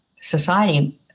society